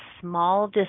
small